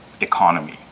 economy